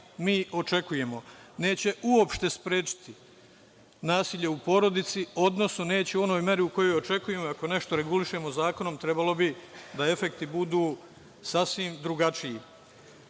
mi očekujemo, neće uopšte sprečiti nasilje u porodici, odnosno neće u onoj meri u kojoj očekujemo jer ako nešto regulišemo zakonom, trebalo bi da efekti budu sasvim drugačiji. Iz